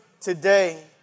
today